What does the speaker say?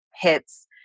hits